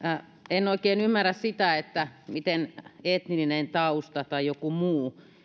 en oikein ymmärrä sitä miten etninen tausta tai joku muu